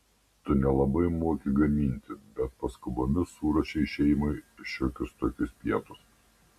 tu nelabai moki gaminti bet paskubomis suruošei šeimai šiokius tokius pietus